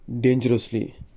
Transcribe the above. dangerously